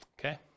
okay